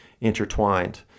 intertwined